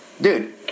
Dude